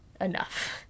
enough